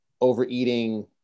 overeating